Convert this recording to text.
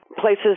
places